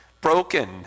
Broken